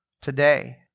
today